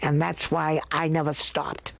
and that's why i never stopped